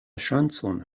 ŝancon